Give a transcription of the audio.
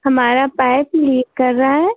हमारा pipe leak कर रहा है